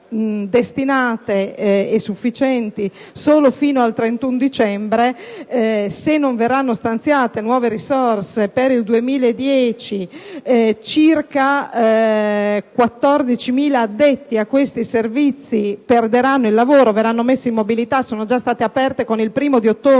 sufficienti solo fino al 31 dicembre. Se non verranno stanziate nuove risorse per il 2010, circa 14.000 addetti a questi servizi perderanno il lavoro, verranno messi in mobilità. Faccio presente che dal 1° ottobre